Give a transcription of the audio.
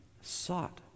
sought